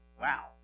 Wow